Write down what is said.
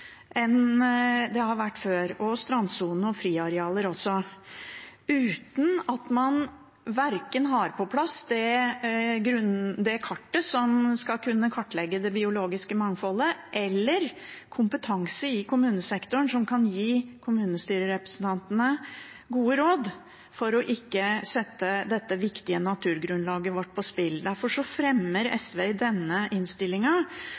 og strandsone og friarealer også, uten at man har på plass verken det kartet som skal kunne kartlegge det biologiske mangfoldet eller kompetanse i kommunesektoren, som kan gi kommunestyrerepresentantene gode råd for ikke å sette dette viktige naturgrunnlaget vårt på spill. Derfor fremmer